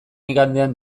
igandean